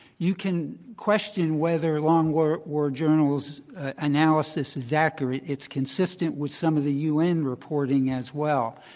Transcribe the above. you can question whether long war war journal's analysis is accurate. it's consistent with some of the un reporting as well.